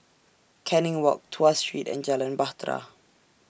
Canning Walk Tuas Street and Jalan Bahtera